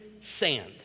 sand